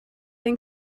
den